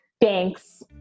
Thanks